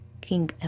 King